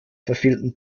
verfehlten